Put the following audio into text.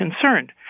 concerned